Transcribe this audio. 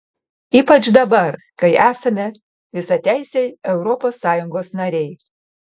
ypač dabar kai esame visateisiai europos sąjungos nariai